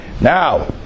now